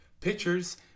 Pictures